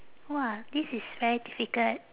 !wah! this is very difficult